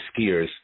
Skiers